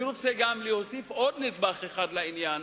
אני רוצה להוסיף עוד נדבך אחד לעניין,